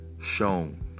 shown